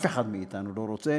אף אחד מאתנו לא רוצה,